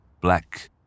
black